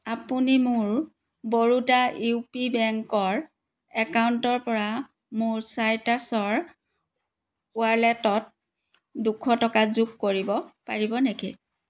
আপুনি মোৰ Baroda U P বেংকৰ একাউণ্টৰ পৰা মোৰ চাইট্ৰাছৰ ৱালেটত দুশ টকা যোগ কৰিব পাৰিব নেকি